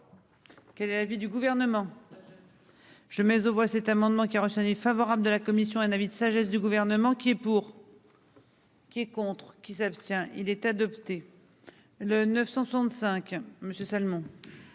Quel est l'avis du gouvernement. Je mais on voit cet amendement qui a resonné favorable de la commission un avis de sagesse du gouvernement qui est pour.-- Qui est contre qui s'abstient il est adopté. Le 965 Monsieur Salmon.